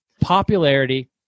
popularity